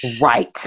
Right